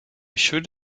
should